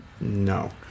No